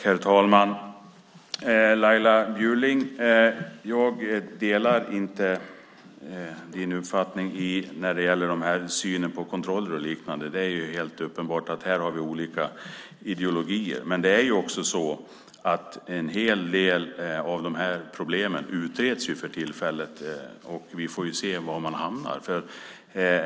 Herr talman! Jag delar inte din uppfattning, Laila Bjurling, när det gäller synen på kontroller och liknande. Det är helt uppenbart att vi här har olika ideologier. Men det är också så att en hel del av de här problemen utreds för tillfället. Vi får se var man hamnar.